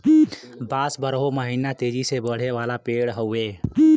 बांस बारहो महिना तेजी से बढ़े वाला पेड़ हउवे